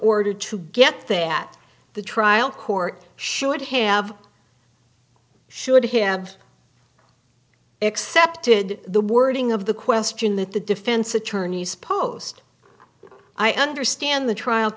order to get there at the trial court should have should have accepted the wording of the question that the defense attorneys post i understand the trial